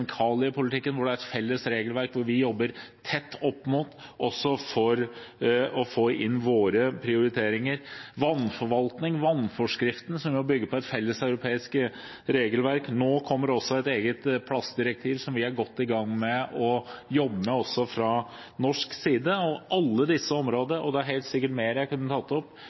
vi jobber tett opp mot, også for å få inn våre prioriteringer. Vi har vannforvaltning, vannforskriften, som bygger på et felles europeisk regelverk, og nå kommer det også et eget plastdirektiv, som vi er godt i gang med å jobbe med også fra norsk side. På alle disse områdene – og det er helt sikkert mer jeg kunne tatt opp